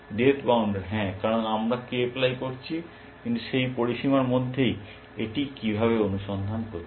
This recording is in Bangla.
ডেপথ বাউন্ডার হ্যাঁ কারণ আমরা k প্লাই করছি কিন্তু সেই পরিসীমার মধ্যেই এটি কীভাবে অনুসন্ধান করছে